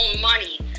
money